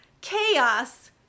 chaos